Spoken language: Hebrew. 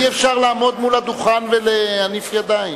אי-אפשר לעמוד מול הדוכן ולהניף ידיים.